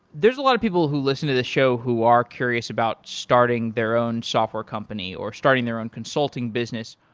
there's a lot of people who listen to the show who are curious about starting their own software company or starting their own consulting business.